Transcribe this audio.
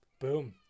Boom